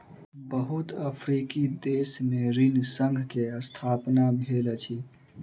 बहुत अफ्रीकी देश में ऋण संघ के स्थापना भेल अछि